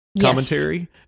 commentary